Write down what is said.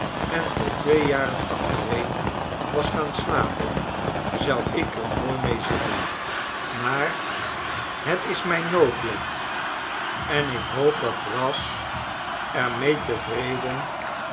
en voor twee jaren achtereen was gaan slapen zou ik er mooi mee in zitten maar het is mijn noodlot en ik hoop dat brass er mee tevreden